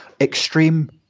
extreme